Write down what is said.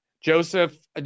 Joseph